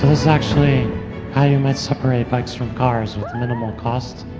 is actually how you might separate bikes from cars with minimal cost.